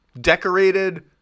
decorated